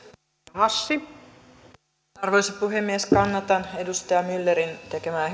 arvoisa puhemies kannatan edustaja myllerin tekemää